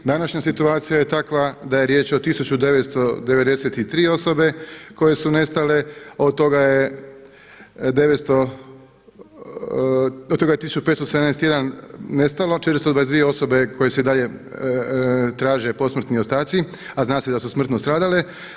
Današnja situacija je takva da je riječ o 1993 osobe koje su nestale a od toga je 1571 nestalo, 422 osobe koje se i dalje traže posmrtni ostaci a zna se da su smrtno stradale.